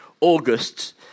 August